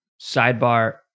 sidebar